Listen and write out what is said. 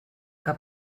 que